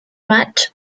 match